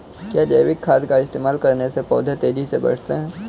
क्या जैविक खाद का इस्तेमाल करने से पौधे तेजी से बढ़ते हैं?